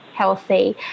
healthy